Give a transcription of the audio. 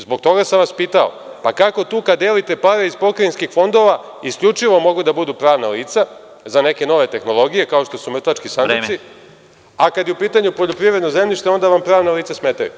Zbog toga sam vas pitao – kako tu kad delite pare iz pokrajinskih fondova, isključivo moraju da budu pravna lica, za neke nove tehnologije, kao što su mrtvački sanduci, a kada je u pitanju poljoprivredno zemljište, onda vam pravna lica smetaju?